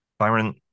Byron